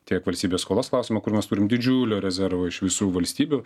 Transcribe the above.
tiek valstybės skolos klausimą kur mes turim didžiulį rezervą iš visų valstybių